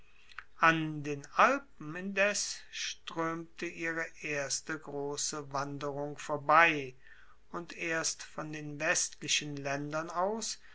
an den alpen indes stroemte ihre erste grosse wanderung vorbei und erst von den westlichen laendern aus